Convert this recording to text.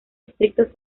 estrictos